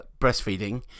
breastfeeding